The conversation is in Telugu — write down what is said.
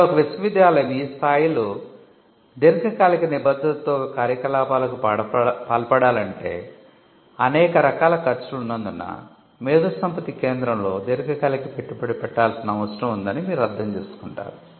ఇప్పుడు ఒక విశ్వవిద్యాలయం ఈ స్థాయిలో దీర్ఘకాలిక నిబద్ధతతో కార్యకలాపాలకు పాల్పడాలంటే అనేక రకాల ఖర్చులు ఉన్నందున మేధోసంపత్తి కేంద్రంలో దీర్ఘకాలిక పెట్టుబడి పెట్టాల్సిన అవసరం ఉందని మీరు అర్థం చేసుకుంటారు